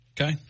Okay